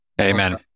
Amen